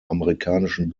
amerikanischen